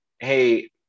hey